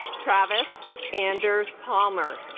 travis anders palmer